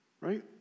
right